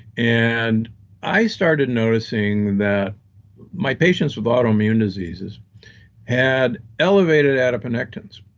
and i started noticing that my patients with autoimmune diseases had elevated adiponectin's.